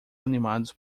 animados